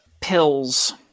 pills